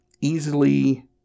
easily